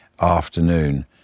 afternoon